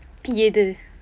எது:ethu